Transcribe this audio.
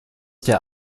der